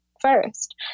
first